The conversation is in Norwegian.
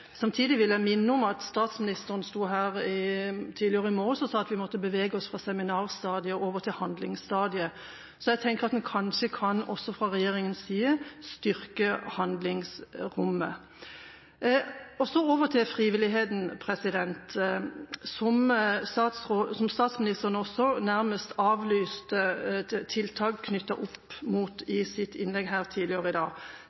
Samtidig vil jeg minne om at statsministeren sto her tidligere i dag og sa at vi måtte bevege oss fra seminarstadiet og over til handlingsstadiet, så jeg tenker at en kanskje også fra regjeringas side kan styrke handlingsrommet. Over til frivilligheten, som statsministeren også nærmest avlyste tiltak knyttet opp mot i et innlegg her tidligere i dag.